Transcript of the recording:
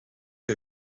que